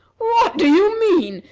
what do you mean?